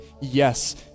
Yes